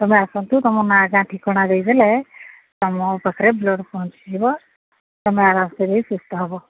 ତମେ ଆସନ୍ତୁ ତୁମ ନାଁ ଟା ଠିକଣାଟା ଦେଇଦେଲେ ତୁମ ପାଖରେ ବ୍ଲଡ୍ ପହଞ୍ଚିଯିବ ତୁମେ ଆରାମସରେ ହିଁ ସୁସ୍ଥ ହେବ